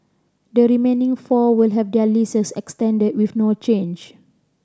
the remaining four will have their leases extended with no change